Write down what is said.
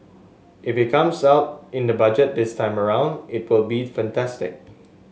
if it comes out in the Budget this time around it would be fantastic